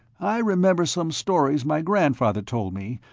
i remember some stories my grandfather told me,